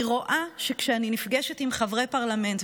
אני רואה שכשאני נפגשת עם חברי פרלמנט,